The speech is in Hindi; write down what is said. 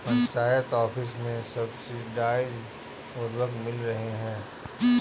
पंचायत ऑफिस में सब्सिडाइज्ड उर्वरक मिल रहे हैं